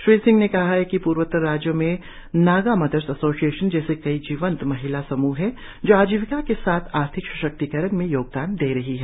श्री सिंह ने कहा है कि पूर्वोत्तर राज्यों में नागा मदर एसोसियेशन जैसे कई जीवंत महिला समूह है जो आजीविका के साथ साथ आर्थिक सशक्तिकरण में योगदान दे रही हैं